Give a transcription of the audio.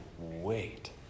Wait